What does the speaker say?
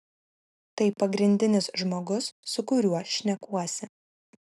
tai pagrindinis žmogus su kuriuo šnekuosi